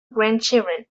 grandchildren